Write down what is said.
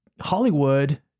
Hollywood